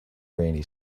rainy